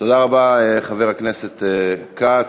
תודה רבה, חבר הכנסת כץ.